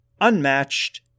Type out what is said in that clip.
unmatched